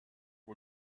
had